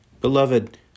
Beloved